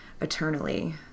eternally